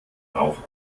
rauch